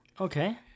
Okay